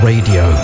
Radio